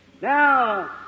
Now